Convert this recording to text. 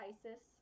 Isis